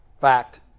Fact